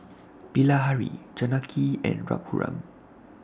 Bilahari Janaki and Raghuram